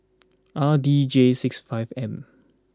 R D J six five M